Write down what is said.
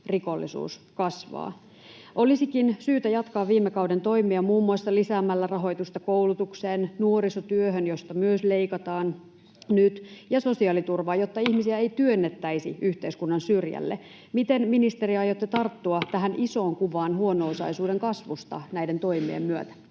rikollisuus kasvavat. Olisikin syytä jatkaa viime kauden toimia muun muassa lisäämällä rahoitusta koulutukseen ja nuorisotyöhön, josta myös leikataan nyt, ja sosiaaliturvaan, jotta ihmisiä ei työnnettäisi yhteiskunnan syrjälle. Miten, ministeri, aiotte tarttua tähän isoon kuvaan huono-osaisuuden kasvusta näiden toimien myötä?